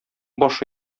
башы